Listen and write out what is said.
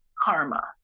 karma